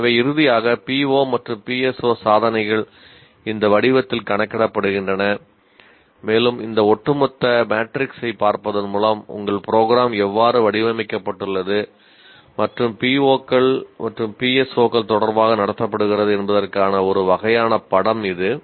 எனவே இறுதியாக PO மற்றும் PSO சாதனைகள் இந்த வடிவத்தில் கணக்கிடப்படுகின்றன மேலும் இந்த ஒட்டுமொத்த மேட்ரிக்ஸைப் பார்ப்பதன் மூலம் உங்கள் ப்ரோக்ராம் எவ்வாறு வடிவமைக்கப்பட்டுள்ளது மற்றும் POக்கள் மற்றும் PSOக்கள் தொடர்பாக நடத்தப்படுகிறது என்பதற்கான ஒரு வகையான படம் இது